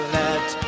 let